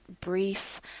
brief